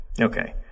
okay